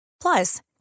Plus